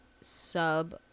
sub